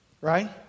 Right